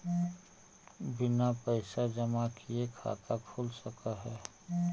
बिना पैसा जमा किए खाता खुल सक है?